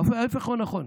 ההפך הוא הנכון,